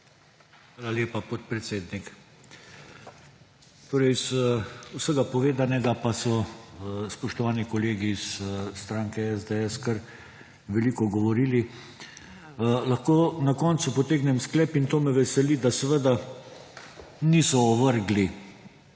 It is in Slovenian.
Hvala lepa, podpredsednik. Torej, z vsega povedanega, pa so spoštovani kolegi iz stranke SDS kar veliko govorili, lahko na koncu potegnem sklep ‒ in to me veseli ‒, da niso ovrgli